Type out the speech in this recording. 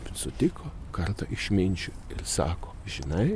ir sutiko kartą išminčių ir sako žinai